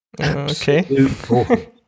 Okay